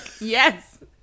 Yes